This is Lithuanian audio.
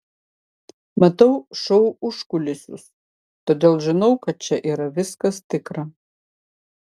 matau šou užkulisius todėl žinau kad čia yra viskas tikra